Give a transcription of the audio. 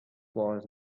was